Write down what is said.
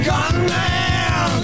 Gunman